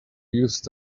used